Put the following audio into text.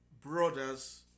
brothers